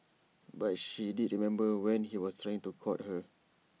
but she did remember when he was trying to court her